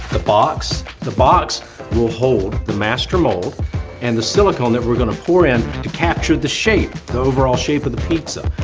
the box. the box will hold the master mould and the silicone that we're going to pour in to capture the shape, the overall shape of the pizza.